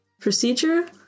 procedure